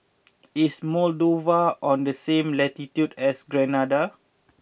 is Moldova on the same latitude as Grenada